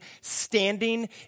standing